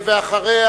ואחריה,